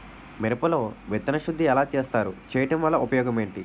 మిరప లో విత్తన శుద్ధి ఎలా చేస్తారు? చేయటం వల్ల ఉపయోగం ఏంటి?